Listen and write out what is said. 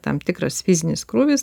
tam tikras fizinis krūvis